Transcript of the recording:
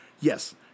Yes